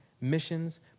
missions